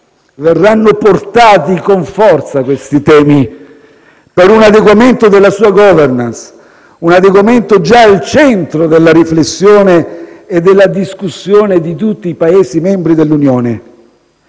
verranno portati con forza questi temi, per un adeguamento della sua *governance*, un adeguamento già al centro della riflessione e della discussione di tutti i Paesi membri dell'Unione.